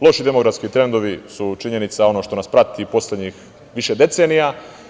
Loši demografski trendovi su činjenica, ono što nas prati poslednjih više decenija.